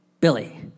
Billy